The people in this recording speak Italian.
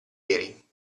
ieri